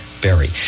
berry